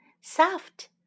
Soft